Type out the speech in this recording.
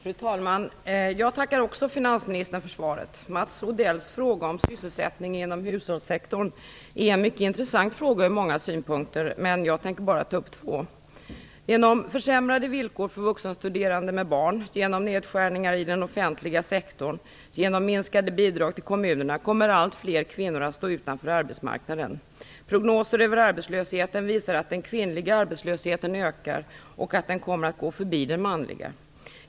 Fru talman! Jag tackar också finansministern för svaret. Mats Odells interpellation om sysselsättningen inom hushållssektorn är mycket intressant ur många synpunkter, men jag tänker bara ta upp två. Genom försämrade villkor för vuxenstuderande med barn genom nedskärningar i den offentliga sektorn och genom minskade bidrag till kommunerna kommer allt fler kvinnor att stå utanför arbetsmarknaden. Prognoser över arbetslösheten visar att den kvinnliga arbetslösheten ökar och att den kommer att gå förbi den manliga.